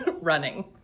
running